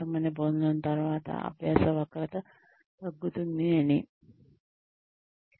కొంతమంది భోజనం తర్వాత అభ్యాస వక్రత తగ్గుతుంది అని